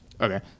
Okay